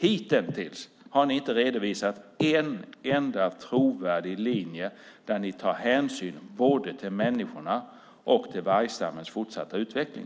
Hittills har ni inte redovisat en enda trovärdig linje där ni tar hänsyn både till människorna och till vargstammens fortsatta utveckling.